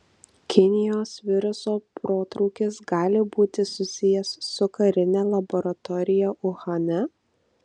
kinijos viruso protrūkis gali būti susijęs su karine laboratorija uhane